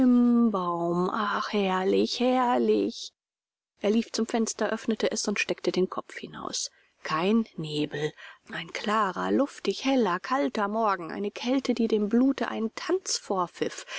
baum ach herrlich herrlich er lief zum fenster öffnete es und steckte den kopf hinaus kein nebel ein klarer luftig heller kalter morgen eine kälte die dem blute einen